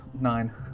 Nine